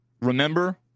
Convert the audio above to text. Remember